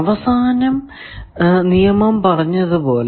അവസാന നിയമം പറഞ്ഞത് പോലെ